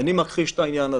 איני מכחיש את העניין הזה.